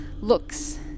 looks